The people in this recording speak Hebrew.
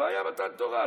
לא היה מתן תורה,